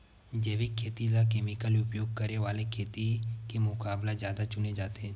जैविक खेती ला केमिकल उपयोग करे वाले खेती के मुकाबला ज्यादा चुने जाते